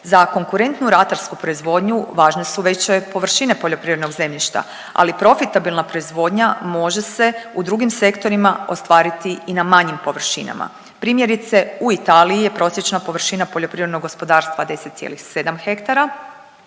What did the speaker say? Za konkurentnu ratarsku proizvodnju važne su veće površine poljoprivrednog zemljišta ali profitabilna proizvodnja može se u drugim sektorima ostvariti i na manjim površinama. Primjerice u Italiji je prosječna površina poljoprivrednog gospodarstva 10,7 hektara,